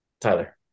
Tyler